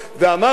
ואמרתי,